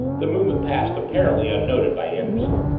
the movement passed apparently unnoted by anderson.